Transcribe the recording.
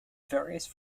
various